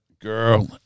Girl